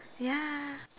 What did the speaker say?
ya